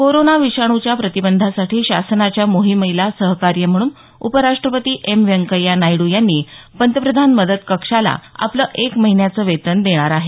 corona विषाण्च्या प्रतिबंधासाठी शासनाच्या मोहीमेला सहकार्य म्हणून उपराष्ट्रपती एम व्यंकय्या नायडू यांनी पंतप्रधान मदत कक्षाला आपलं एक महिन्याचं वेतन देणार आहेत